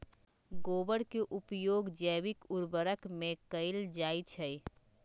गोबर के उपयोग जैविक उर्वरक में कैएल जाई छई